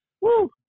Woo